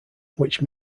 which